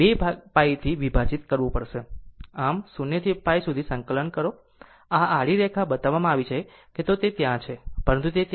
પરંતુ 0 to π સુધી સંકલન કરો આ આડી રેખા બતાવવામાં આવી છે કે જો તે ત્યાં છે પરંતુ તે ત્યાં નથી